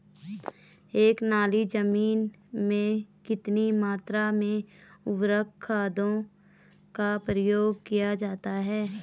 एक नाली जमीन में कितनी मात्रा में उर्वरक खादों का प्रयोग किया जाता है?